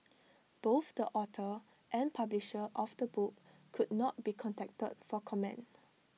both the author and publisher of the book could not be contacted for comment